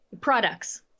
Products